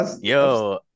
Yo